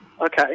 Okay